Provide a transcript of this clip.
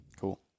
cool